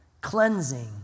Cleansing